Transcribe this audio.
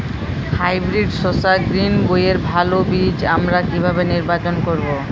Hybrid শসা গ্রীনবইয়ের ভালো বীজ আমরা কিভাবে নির্বাচন করব?